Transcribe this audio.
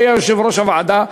הוא היה יושב-ראש הוועדה.